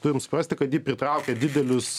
turim suprasti kad ji pritraukia didelius